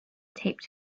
taped